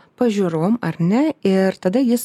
pažiūrom ar ne ir tada jis